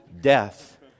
death